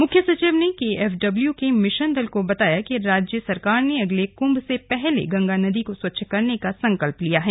मुख्य सचिव ने केएफडब्लू के मिशन दल को बताया कि राज्य सरकार ने अगले कुंभ से पहले गंगा नदी को स्वच्छ करने का संकल्प लिया है